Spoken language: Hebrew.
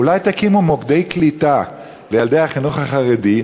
אולי תקימו מוקדי קליטה לילדי החינוך החרדי,